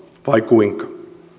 vai kuinka